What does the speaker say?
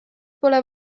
pole